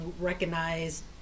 recognize